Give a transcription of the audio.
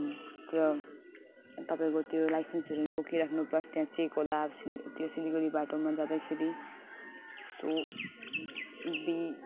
अनि त तपाईँको त्यो लाइसेन्सहरू पनि बोकिराख्नू प्लस त्यहाँ चेक होला सिली त्यो सिलिगुडी बाटोमा जाँदाखेरि सो बी